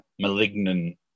malignant